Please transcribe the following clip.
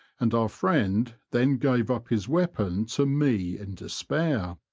and our friend then gave up his weapon to me in despair.